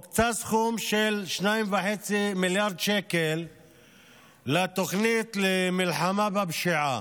הוקצה סכום של 2.5 מיליארד שקל לתוכנית למלחמה בפשיעה,